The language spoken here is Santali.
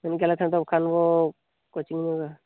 ᱚᱱᱠᱟ ᱞᱮᱠᱷᱟᱱ ᱫᱚ ᱵᱟᱠᱷᱟᱱ ᱫᱚ ᱠᱳᱪᱤᱝᱢᱮ ᱢᱟ